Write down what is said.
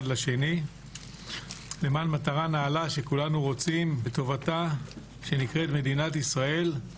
לשני למען מטרה נעלה שכולנו רוצים בטובתה של מדינת ישראל.